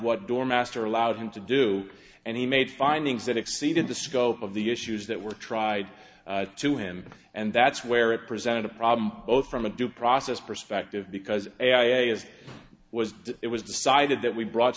what door master allowed him to do and he made findings that exceeded the scope of the issues that were tried to him and that's where it presented a problem both from a due process perspective because a as was it was decided that we brought